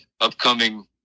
upcoming